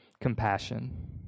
compassion